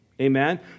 Amen